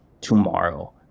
tomorrow